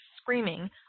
screaming